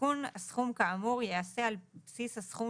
עדכון הסכום כאמור יעשה על בסיס הסכום